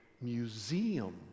museum